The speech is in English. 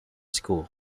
school